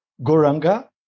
goranga